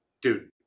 dude